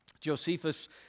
Josephus